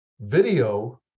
video